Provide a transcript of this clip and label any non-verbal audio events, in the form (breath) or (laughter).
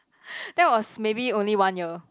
(breath) that was maybe only one year